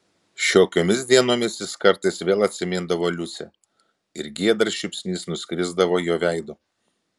šiokiomis dienomis jis kartais vėl atsimindavo liucę ir giedras šypsnys nuskrisdavo jo veidu